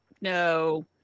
No